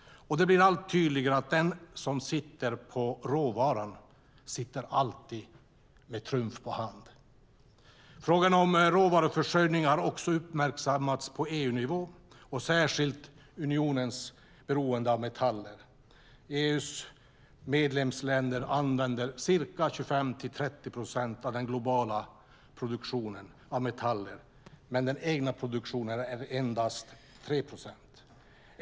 Det blir allt tydligare att den som sitter på råvaran alltid sitter med trumf på hand. Frågan om råvaruförsörjning har också uppmärksammats på EU-nivå och särskilt unionens beroende av metaller. EU:s medlemsländer använder ca 25-30 procent av den globala produktionen av metaller. Men den egna produktionen är endast 3 procent.